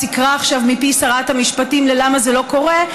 יקרא עכשיו מפי שרת המשפטים למה זה לא קורה,